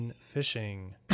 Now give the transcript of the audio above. Fishing